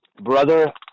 Brother